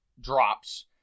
drops